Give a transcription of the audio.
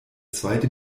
zweite